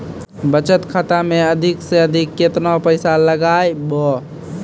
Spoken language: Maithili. बचत खाता मे अधिक से अधिक केतना पैसा लगाय ब?